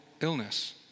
illness